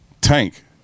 Tank